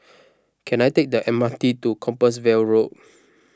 can I take the M R T to Compassvale Road